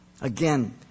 Again